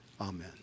Amen